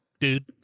Dude